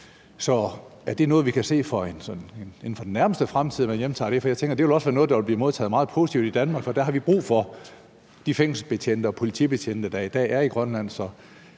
Så er det noget, vi kan se man hjemtager inden for den nærmeste fremtid? Jeg tænker, at det også vil være noget, der ville blive modtaget meget positivt i Danmark, for der har vi brug for de fængselsbetjente og politibetjente, der i dag er i Grønland.